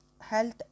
health